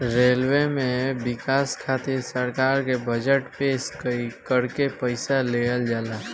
railway में बिकास खातिर सरकार के बजट पेश करके पईसा लेहल जाला